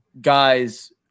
guys